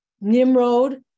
Nimrod